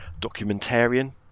documentarian